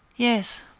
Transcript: yes,